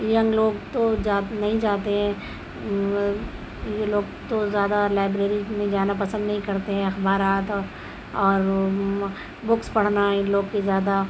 young لوگ تو نہیں جاتے ہیں یہ لوگ تو زیادہ لائبریری میں جانا پسند نہیں کرتے ہیں اخبارات اور بکس پڑھنا ان لوگ کے زیادہ